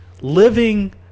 living